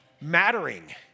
mattering